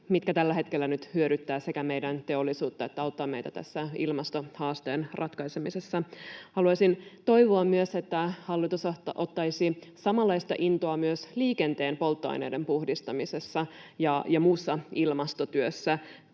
mitkä tällä hetkellä nyt sekä hyödyttävät meidän teollisuutta että auttavat meitä tässä ilmastohaasteiden ratkaisemisessa. Haluaisin toivoa myös, että hallitus osoittaisi samanlaista intoa myös liikenteen polttoaineiden puhdistamisessa ja muussa ilmastotyössä.